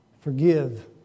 forgive